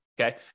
okay